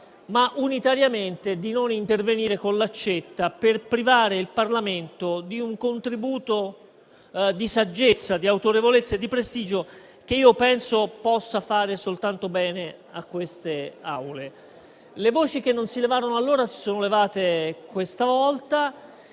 ma unitariamente di non intervenire con l'accetta per privare il Parlamento di un contributo di saggezza, di autorevolezza e di prestigio, che io penso possa fare soltanto bene a queste Aule. Le voci che non si levarono allora si sono levate questa volta